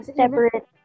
separate